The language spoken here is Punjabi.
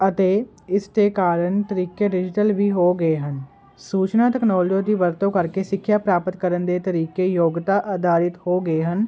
ਅਤੇ ਇਸ ਦੇ ਕਾਰਨ ਤਰੀਕੇ ਡਿਜੀਟਲ ਵੀ ਹੋ ਗਏ ਹਨ ਸੂਚਨਾ ਤਕਨੋਲੋਜੀ ਦੀ ਵਰਤੋਂ ਕਰਕੇ ਸਿੱਖਿਆ ਪ੍ਰਾਪਤ ਕਰਨ ਦੇ ਤਰੀਕੇ ਯੋਗਤਾ ਅਧਾਰਿਤ ਹੋ ਗਏ ਹਨ